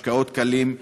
משקאות קלים,